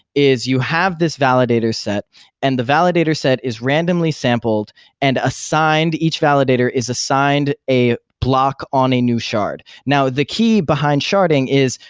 is you have this validator set and the validator set is randomly sampled and assigned each validator is assigned a block on a new shard. now, the key behind sharding is,